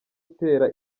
gutera